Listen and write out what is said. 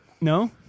No